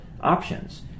options